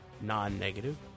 non-negative